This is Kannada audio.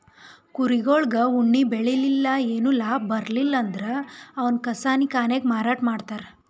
ಕುರಿಗೊಳಿಗ್ ಉಣ್ಣಿ ಬೆಳಿಲಿಲ್ಲ್ ಏನು ಲಾಭ ಬರ್ಲಿಲ್ಲ್ ಅಂದ್ರ ಅವನ್ನ್ ಕಸಾಯಿಖಾನೆಗ್ ಮಾರಾಟ್ ಮಾಡ್ತರ್